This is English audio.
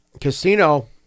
Casino